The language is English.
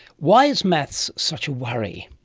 why is maths such a worry?